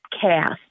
cast